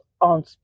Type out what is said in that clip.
on